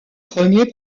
premiers